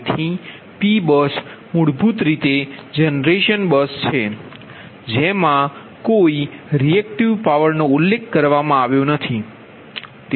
તેથી P bus મૂળભૂત રીતે જનરેશન બસ છે જેમાં કોઈ રિએકટિવ પાવરનો ઉલ્લેખ કરવામાં આવ્યો નથી